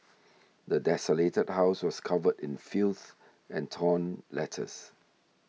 the desolated house was covered in filth and torn letters